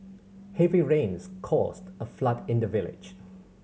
heavy rains caused a flood in the village